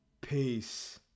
Peace